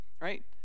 Right